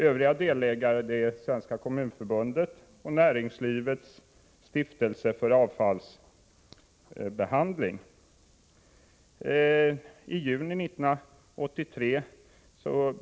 Övriga delägare är Svenska kommunförbundet och Näringslivets stiftelse för avfallsbehandling.